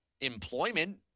employment